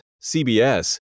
CBS